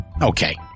Okay